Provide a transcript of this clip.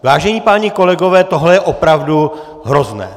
Vážení páni kolegové, tohle je opravdu hrozné!